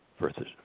versus